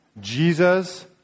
Jesus